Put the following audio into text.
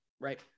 Right